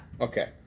Okay